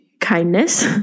kindness